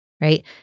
Right